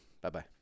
Bye-bye